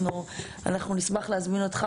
אנחנו נשמח להזמין אותך,